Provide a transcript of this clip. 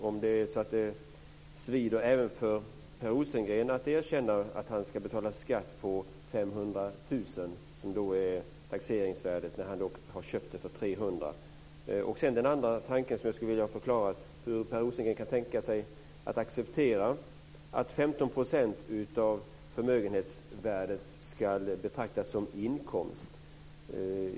Svider det även för Per Rosengren att erkänna att Jan-Erik ska betala skatt på 500 000 kr, som är taxeringsvärdet, när han har köpt huset för Sedan skulle jag vilja ha den andra tanken förklarad, nämligen hur Per Rosengren kan tänka sig att acceptera att 15 % av förmögenhetsvärdet ska betraktas som inkomst.